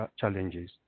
challenges